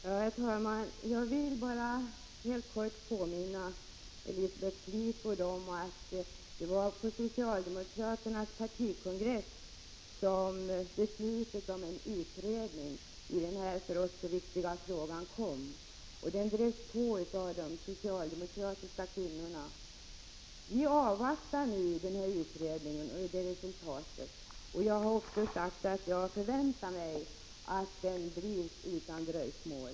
Herr talman! Jag vill bara helt kort påminna Elisabeth Fleetwood om att det var på socialdemokraternas partikongress som beslutet om utredning i den här för oss så viktiga frågan togs och att det var de socialdemokratiska kvinnorna som drev på. Vi avvaktar nu utredningsresultatet. Jag har sagt att jag förväntar mig att utredningsarbetet bedrivs utan dröjsmål.